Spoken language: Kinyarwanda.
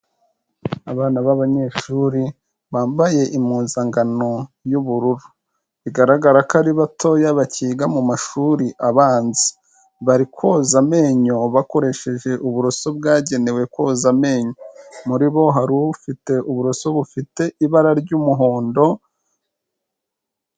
Abana b'abanyeshuri bambaye impuzangano y'ubururu. Bigaragara ko ari batoya bakiga mu mashuri abanza. Bari koza amenyo bakoresheje uburoso bwagenewe koza amenyo. Muri bo hari ufite uburoso bufite ibara ry'umuhondo,